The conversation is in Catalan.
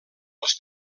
els